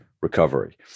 recovery